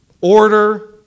order